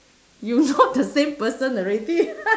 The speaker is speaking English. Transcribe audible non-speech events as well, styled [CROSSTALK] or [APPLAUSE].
you [LAUGHS] not the same person already [LAUGHS]